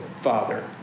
father